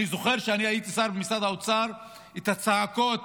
אני זוכר, כשהייתי שר במשרד האוצר, את הצעקות